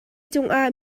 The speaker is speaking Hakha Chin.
cungah